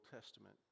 Testament